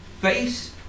face